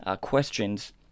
questions